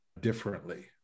differently